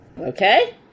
Okay